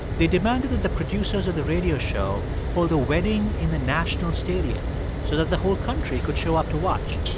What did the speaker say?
they demanded that the producers of the radio show hold a wedding in the national stadium so that the whole country could show up to watch.